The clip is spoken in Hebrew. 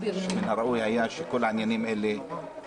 שמן הראוי היה שכל העניינים האלה יידונו